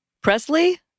Presley